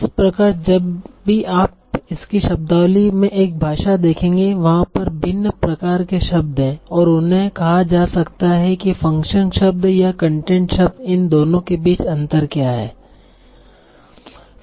इस प्रकार जब भी आप इसकी शब्दावली में एक भाषा देखेंगे वहाँ पर विभिन्न प्रकार के शब्द हैं और उन्हें कहा जा सकता है कि फ़ंक्शन शब्द या कंटेंट शब्द इन दोनों के बीच अंतर क्या हैं